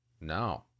no